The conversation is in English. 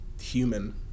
human